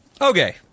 Okay